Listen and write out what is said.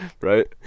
Right